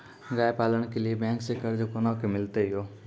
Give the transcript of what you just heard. गाय पालन के लिए बैंक से कर्ज कोना के मिलते यो?